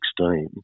2016